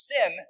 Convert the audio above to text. Sin